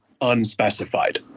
unspecified